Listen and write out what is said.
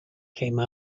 came